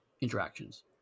interactions